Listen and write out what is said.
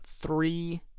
three